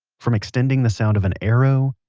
from extending the sound of an arrow,